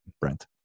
Brent